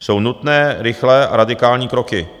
Jsou nutné, rychlé a radikální kroky.